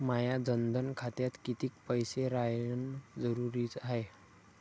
माया जनधन खात्यात कितीक पैसे रायन जरुरी हाय?